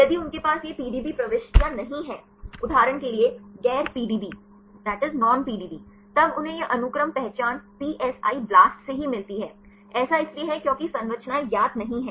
यदि उनके पास यह पीडीबी प्रविष्टियाँ नहीं हैं उदाहरण के लिए गैर पीडीबी तब उन्हें यह अनुक्रम पहचान PSI BLAST से ही मिलती है ऐसा इसलिए है क्योंकि संरचनाएं ज्ञात नहीं हैं